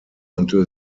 until